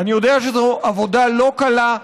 ואני יודע שזו עבודה לא קלה,